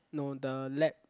no the lab